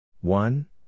one